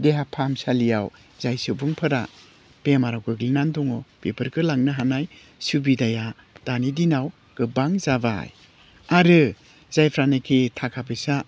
देहा फाहामसालियाव जाय सुबुंफोरा बेमाराव गोग्लैनानै दङ बेफोरखो लांनो हानाय सुबिदाया दानि दिनाव गोबां जाबाय आरो जायफ्रानाखि थाखा फैसा